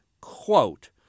quote